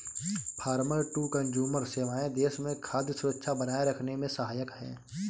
farmer to consumer सेवाएं देश में खाद्य सुरक्षा बनाए रखने में सहायक है